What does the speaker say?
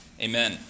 Amen